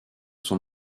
sont